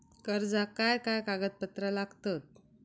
कर्जाक काय काय कागदपत्रा लागतत?